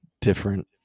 different